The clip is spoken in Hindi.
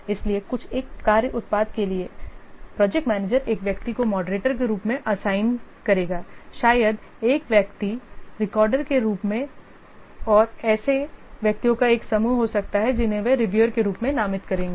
इसलिए कुछ एक कार्य उत्पाद के लिए प्रोजेक्ट मैनेजर एक व्यक्ति को मॉडरेटर के रूप में असाइन करेगा शायद एक व्यक्ति को रिकॉर्डर के रूप में और ऐसे व्यक्तियों का एक समूह हो सकता है जिन्हें वे रिव्यूअर के रूप में नामित करेंगे